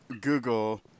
Google